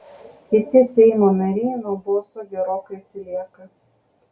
kiti seimo nariai nuo boso gerokai atsilieka